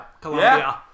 Colombia